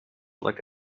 like